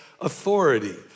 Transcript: authority